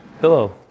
Hello